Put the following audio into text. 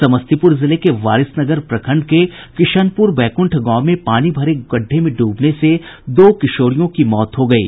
समस्तीपुर जिले के वारिसनगर प्रखंड के किशनपुर बैकुंठ गांव में पानी भरे गड्ढ़े डूबने से दो किशोरियों की मौत हो गयी